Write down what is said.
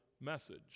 message